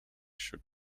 should